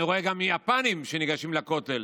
אני רואה גם יפנים שניגשים לכותל,